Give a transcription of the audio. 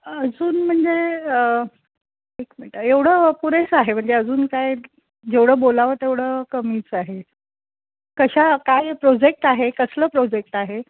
अजून म्हणजे एक मिनटं एवढं पुरेसे आहे म्हणजे अजून काय जेवढं बोलावं तेवढं कमीच आहे कशा काय प्रोजेक्ट आहे कसलं प्रोजेक्ट आहे